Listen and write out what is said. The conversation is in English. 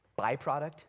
byproduct